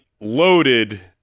loaded